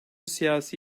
siyasi